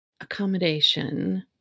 accommodation